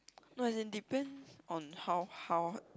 no as in depend on how how